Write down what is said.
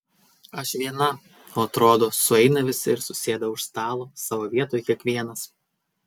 aš viena o atrodo sueina visi ir susėda už stalo savo vietoj kiekvienas